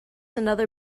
another